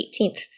18th